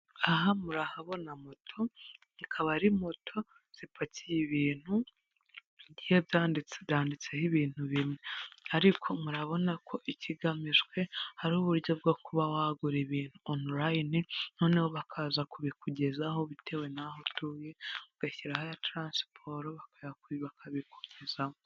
aha murahabona moto akaba ari moto zipakiye ibintu bigiye byanditse byanditseho ibintu bimwe, ariko murabona ko ikigamijwe ari uburyo bwo kuba wagura ibintu onorini, noneho bakaza kubikugezaho bitewe n'aho utuye, ugashyiraho aya taransiporo bakaba bakabikomezaho